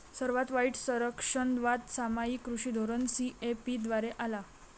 सर्वात वाईट संरक्षणवाद सामायिक कृषी धोरण सी.ए.पी द्वारे आला